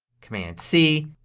command c,